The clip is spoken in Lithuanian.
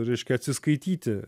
reiškia atsiskaityti